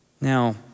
Now